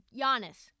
Giannis